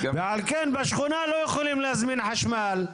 ועל כן בשכונה לא ניתן להתחבר לחשמל.